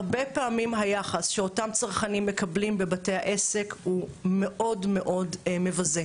הרבה פעמים היחס שאותם צרכנים מקבלים בבתי העסק הוא מאוד מאוד מבזה.